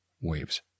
waves